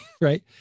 Right